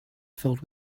filled